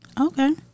Okay